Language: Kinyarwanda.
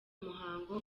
umuhango